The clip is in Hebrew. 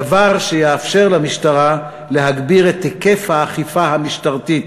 דבר שיאפשר למשטרה להגביר את היקף האכיפה המשטרתית.